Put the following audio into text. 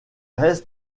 restes